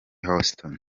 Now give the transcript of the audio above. houston